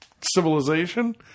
civilization